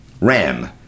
ram